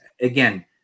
again